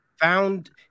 found